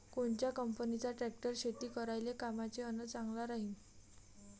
कोनच्या कंपनीचा ट्रॅक्टर शेती करायले कामाचे अन चांगला राहीनं?